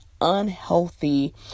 unhealthy